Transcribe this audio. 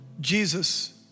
Jesus